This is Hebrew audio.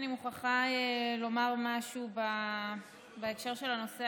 אני מוכרחה לומר משהו בהקשר של הנושא